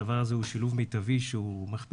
הדבר הזה הוא שילוב מיטבי שהוא מכפיל